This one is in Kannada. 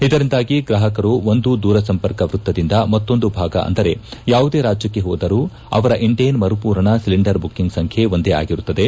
ಇದರಿಂದಾಗಿ ಗ್ರಾಪಕರು ಒಂದು ದೂರಸಂಪರ್ಕ ವೃತ್ತದಿಂದ ಮತ್ತೊಂದು ಭಾಗ ಅಂದರೆ ಯಾವುದೇ ರಾಜ್ಯಕ್ಕೆ ಪೋದರೂ ಅವರ ಇಂಡೇನ್ ಮರುಪೂರಣ ಸಿಲಿಂಡರ್ ಬುಕಿಂಗ್ ಸಂಖ್ಯೆ ಒಂದೇ ಆಗಿರುತ್ತದೆ